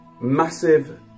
massive